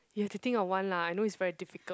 you have to think of one lah I know it's very difficult